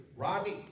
Robbie